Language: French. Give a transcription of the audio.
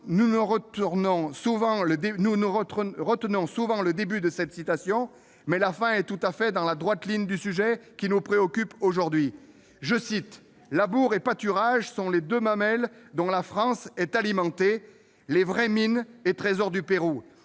nous ne retenons souvent que le début de cette citation, mais la suite est dans la droite ligne du sujet qui nous préoccupe aujourd'hui :« Labourage et pâturage sont les deux mamelles dont la France est alimentée, les vraies mines et trésors du Pérou ».